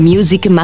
Music